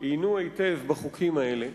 עיינו היטב בחוקים האלה,